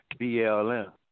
BLM